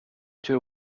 two